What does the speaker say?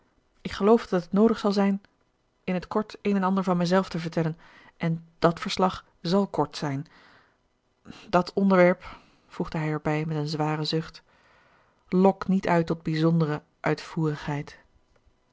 ik geloof dat het noodig zal zijn in t kort een en ander van mijzelf te vertellen en dàt verslag zàl kort zijn dàt onderwerp voegde hij erbij met een zwaren zucht lokt niet uit tot bijzondere